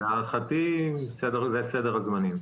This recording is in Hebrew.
להערכתי זה סדר הזמנים.